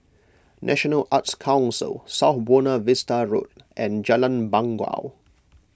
National Arts Council South Buona Vista Road and Jalan Bangau